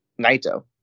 Naito